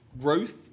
growth